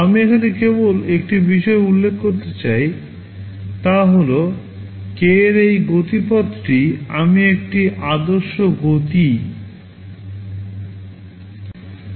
আমি এখানে কেবল একটি বিষয় উল্লেখ করতে চাই তা হল কে এর এই গতিপথটি আমি একটি আদর্শ গতি বলছি